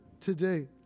today